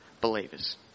believers